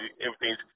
everything's